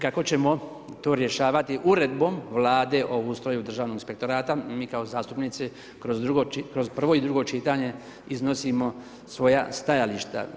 Kako ćemo to rješavati Uredbom Vlade o ustroju Državnog inspektorata, mi kao zastupnici kroz prvo i drugo čitanje iznosimo svoja stajališta.